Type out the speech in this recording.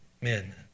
men